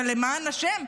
אבל למען השם,